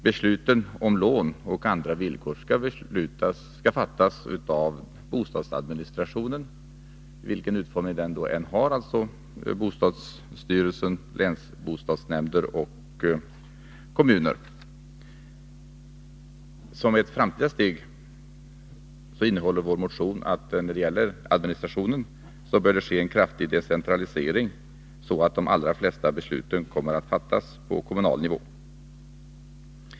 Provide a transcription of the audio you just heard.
Besluten om lån och andra villkor skall fattas av bostadsadministrationen, vilken form denna än har: bostadsstyrelsen, länsbostadsnämnder och kommuner. Som ett framtida steg föreslås i vår motion att det när det gäller den administrationen bör det ske en kraftig decentralisering, så att de allra flesta besluten kommer att fattas på kommunal nivå.